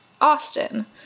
Austin